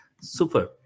super